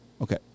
Okay